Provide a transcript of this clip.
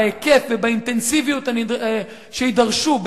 בהיקף ובאינטנסיביות שיידרשו,